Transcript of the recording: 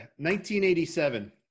1987